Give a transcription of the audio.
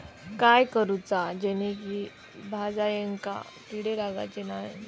काय करूचा जेणेकी भाजायेंका किडे लागाचे नाय?